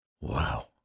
Wow